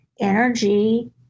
energy